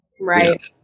Right